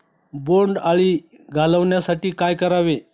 बोंडअळी घालवण्यासाठी काय करावे?